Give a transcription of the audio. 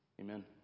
Amen